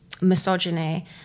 misogyny